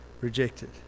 rejected